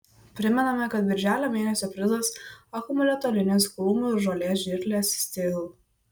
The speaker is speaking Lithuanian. primename kad birželio mėnesio prizas akumuliatorinės krūmų ir žolės žirklės stihl